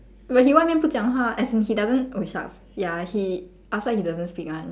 but he 外面不讲话：wai mian bu jiang hua as in the doesn't oh shucks ya he outside he doesn't speak [one]